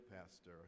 pastor